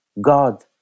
God